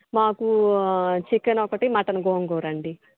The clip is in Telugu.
మాకు చికెన్ ఒకటి మటన్ గోంగూరండి